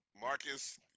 Marcus